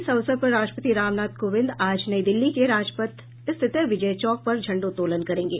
इस अवसर पर राष्ट्रपति रामनाथ कोविंद आज नई दिल्ली के राजपथ स्थित विजय चौक पर झण्डोत्तोलन करेंगे